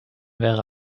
wäre